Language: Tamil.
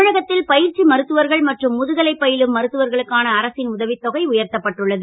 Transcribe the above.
தமிழகத் ல் ப ற்சி மருத்துவர்கள் மற்றும் முதுகலை ப லும் மருத்துவர்களுக்கான அரசின் உதவித் தொகை உயர்த்தப்பட்டு உள்ளது